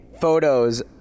photos